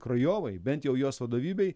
krojovai bent jau jos vadovybei